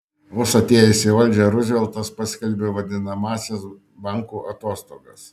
vos atėjęs į valdžią ruzveltas paskelbė vadinamąsias bankų atostogas